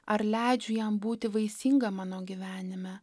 ar leidžiu jam būti vaisinga mano gyvenime